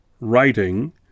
writing